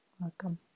Welcome